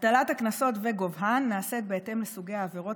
הטלת הקנסות וגובהם נעשית בהתאם לסוגי העבירות